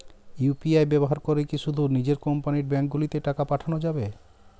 UPI ব্যবহার করে কি শুধু নিজের কোম্পানীর ব্যাংকগুলিতেই টাকা পাঠানো যাবে?